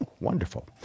Wonderful